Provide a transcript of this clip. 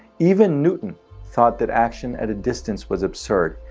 even newton thought that action at a distance was absurd.